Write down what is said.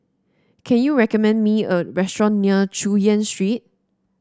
can you recommend me a restaurant near Chu Yen Street